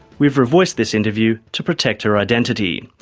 we've revoiced this interview to protect her identity.